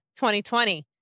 2020